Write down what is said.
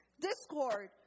Discord